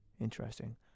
Interesting